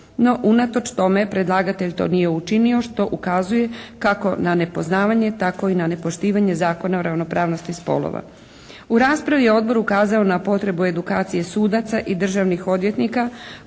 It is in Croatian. no unatoč tome predlagatelj to nije učinio što ukazuje kako na nepoznavanje tako i na nepoštivanje Zakona o ravnopravnosti spolova. U raspravi je Odbor ukazao na potrebu edukacije sudaca i državnih odvjetnika